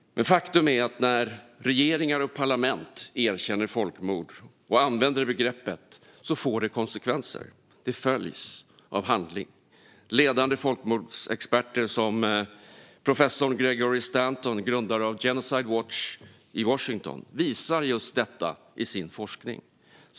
Men faktum är att när regeringar och parlament erkänner folkmord och använder begreppet får det konsekvenser. Det följs av handling. Ledande folkmordsexperter som professor Gregory Stanton, grundare av Genocide Watch i Washington, visar just detta i sin forskning.